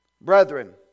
brethren